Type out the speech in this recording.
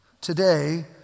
Today